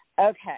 Okay